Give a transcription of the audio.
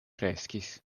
kreskis